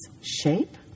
shape